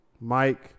mike